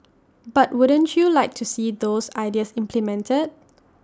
but wouldn't you like to see those ideas implemented